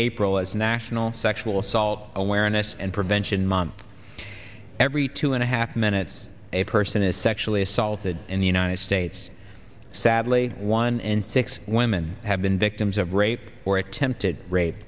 april is national sexual assault awareness and prevention month every two and a half minutes a person is sexually assaulted in the united states sadly one in six women have been victims of rape or attempted rape